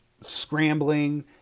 scrambling